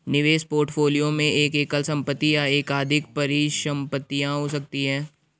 निवेश पोर्टफोलियो में एक एकल संपत्ति या एकाधिक परिसंपत्तियां हो सकती हैं